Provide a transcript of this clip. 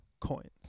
coins